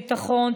ביטחון,